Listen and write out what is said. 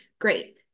great